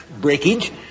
breakage